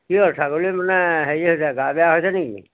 কি হ'ল ছাগলী মানে হেৰি হৈছে গা বেয়া হৈছে নেকি